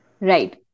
right